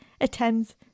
attends